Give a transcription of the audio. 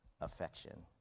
affection